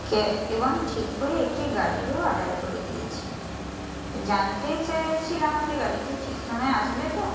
কে এবং ঠিক করে একটি গাড়িরও অর্ডার করে দিয়েছি জানতে চেয়েছিলাম যে গাড়িটি ঠিক সময় আসবে তো